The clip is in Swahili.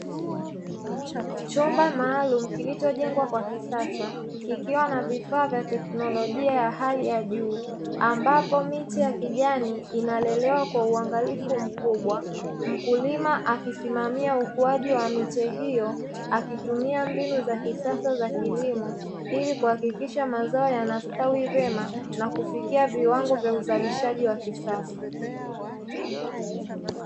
Chumba maalumu kilichojengwa kwa kisasa, kikiwa na vifaa vya teknolojia ya hali ya juu, ambapo miche ya kijani inalelewa kwa uangalifu mkubwa. Mkulima akisimamia ukuaaji wa miche hiyo, akitumia mbinu za kisasa za kilimo, ili kuhakikisha mazao yanastawi vyema na kufikia viwango vya uzalishaji wa kisasa.